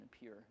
appear